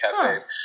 cafes